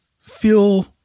feel